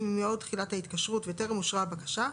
ממועד תחילת ההתקשרות וטרם אושרה הבקשה,